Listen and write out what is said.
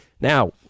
Now